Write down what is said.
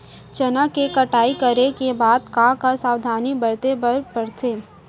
चना के कटाई करे के बाद का का सावधानी बरते बर परथे?